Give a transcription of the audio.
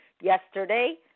yesterday